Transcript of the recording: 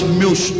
meus